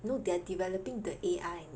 no they're developing the A_I